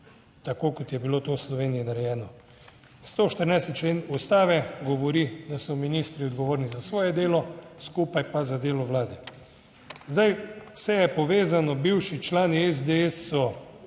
tako kot je bilo to v Sloveniji narejeno. 114. člen Ustave govori, da so ministri odgovorni za svoje delo, skupaj pa za delo vlade. Zdaj, vse je povezano. Bivši člani SDS so